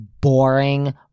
boring